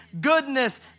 goodness